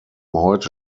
heute